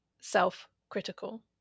self-critical